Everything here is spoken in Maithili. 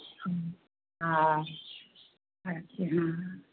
हूँ हँ हँ